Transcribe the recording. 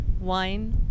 wine